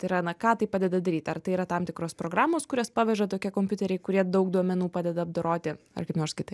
tai yra na ką tai padeda daryt ar tai yra tam tikros programos kurias paveža tokie kompiuteriai kurie daug duomenų padeda apdoroti ar kaip nors kitaip